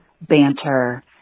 banter